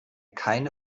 keine